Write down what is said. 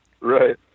right